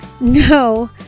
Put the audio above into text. No